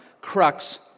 crux